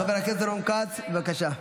חבר הכנסת רון כץ, בבקשה.